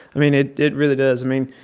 i mean, it it really does. i mean,